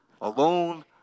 Alone